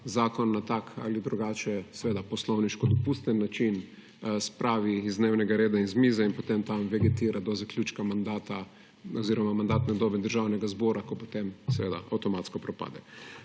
zakon na tak ali drugačen, seveda poslovniško dopusten način spravi z dnevnega reda in mize in potem tam vegetira do zaključka mandata oziroma mandatne dobe Državnega zbora, ker potem seveda avtomatsko propade.